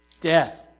Death